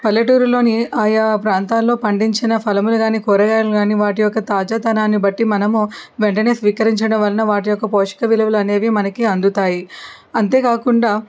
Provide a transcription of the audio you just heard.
పల్లెటూరులోని ఆయా ప్రాంతాల్లో పండించిన ఫలములు కాని కూరగాయలు కాని వాటి యొక్క తాజాతనాన్ని బట్టి మనము వెంటనే స్వీకరించడం వలన వాటి యొక్క పోషక విలువలు అనేవి మనకి అందుతాయి అంతేకాకుండా